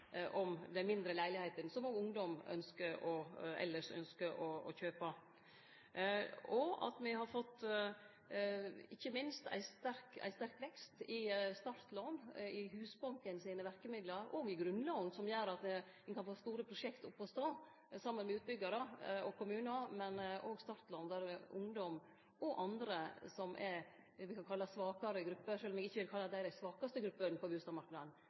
om dei mindre leilegheitene som òg ungdom elles ynskjer å kjøpe. Me har ikkje minst fått ein sterk vekst i startlån og grunnlån i Husbanken sine verkemiddel, som gjer at ein kan få store prosjekt opp å stå saman med utbyggjarar og kommunar, men òg startlån til ungdom og andre som er det eg vil kalle svakare grupper, sjølv om eg ikkje vil kalle dei dei svakaste gruppene på bustadmarknaden.